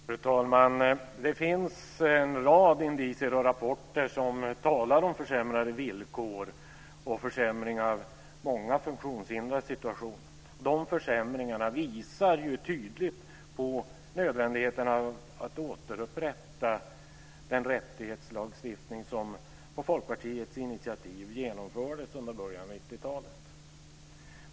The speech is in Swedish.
Fru talman! Det finns en rad indicier och rapporter som talar om försämrade villkor och försämringar av många funktionshindrades situation. De försämringarna visar tydligt på nödvändigheten att återupprätta den rättighetslagstiftning som på Folkpartiets initiativ genomfördes i början av 90-talet.